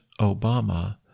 Obama